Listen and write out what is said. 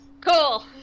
Cool